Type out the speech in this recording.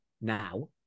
now